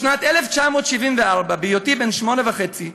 בשנת 1974, בהיותי בן שמונה וחצי,